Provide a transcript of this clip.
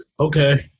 Okay